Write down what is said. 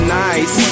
nice